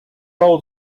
old